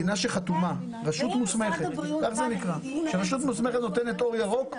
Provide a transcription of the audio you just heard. רשות מוסמכת נותנת אור ירוק.